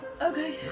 okay